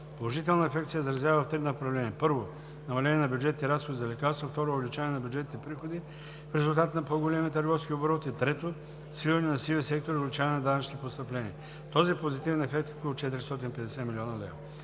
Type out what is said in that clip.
Положителният ефект се изразява в три направления: първо, намаление на бюджетните разходи за лекарства, второ, увеличение на бюджетните приходи в резултат на по-големия търговски оборот и трето, свиване на сивия сектор и увеличение на данъчните постъпления. Този позитивен ефект е около 450 млн. лв.